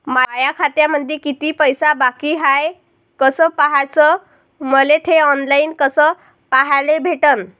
माया खात्यामंधी किती पैसा बाकी हाय कस पाह्याच, मले थे ऑनलाईन कस पाह्याले भेटन?